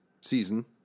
Season